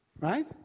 Right